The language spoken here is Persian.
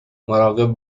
مراقب